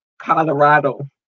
Colorado